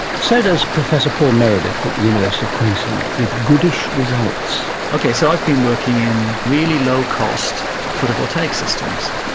so does professor paul meredith at the university of queensland, with good-ish results. okay, so i've been working in really low-cost photovoltaic systems,